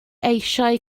eisiau